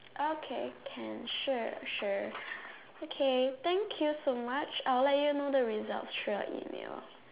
okay can sure sure okay thank you so much I will let you know the result through your email